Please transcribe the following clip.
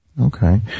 Okay